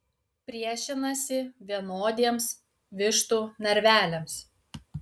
priešinasi vienodiems vištų narveliams